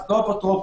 זה לא אפוטרופוס,